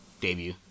debut